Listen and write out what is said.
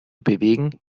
bewegen